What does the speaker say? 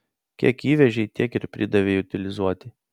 kiek įvežei tiek ir pridavei utilizuoti